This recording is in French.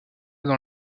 dans